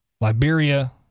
Liberia